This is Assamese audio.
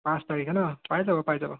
পাঁচ তাৰিখে ন পাই যাব পাই যাব